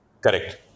Correct